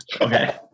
Okay